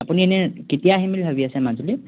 আপুনি এনেই কেতিয়া আহিম বুলি ভাবি আছে মাজুলী